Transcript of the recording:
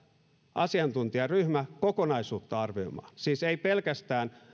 asiantuntijaryhmä kokonaisuutta arvioimaan siis ei pelkästään